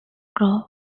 grove